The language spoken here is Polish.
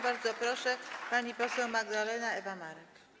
Bardzo proszę, pani poseł Magdalena Ewa Marek.